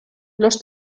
los